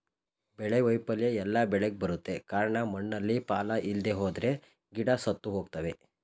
ಬೆಳೆ ವೈಫಲ್ಯ ಎಲ್ಲ ಬೆಳೆಗ್ ಬರುತ್ತೆ ಕಾರ್ಣ ಮಣ್ಣಲ್ಲಿ ಪಾಲ ಇಲ್ದೆಹೋದ್ರೆ ಗಿಡ ಸತ್ತುಹೋಗ್ತವೆ